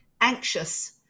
anxious